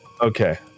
Okay